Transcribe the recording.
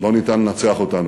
לא ניתן לנצח אותנו,